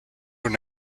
were